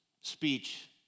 speech